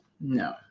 No